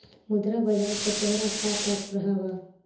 मुद्रा बाजार से तोहरा का तात्पर्य हवअ